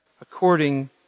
according